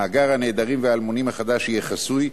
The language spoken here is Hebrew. מאגר הנעדרים והאלמונים החדש יהיה חסוי,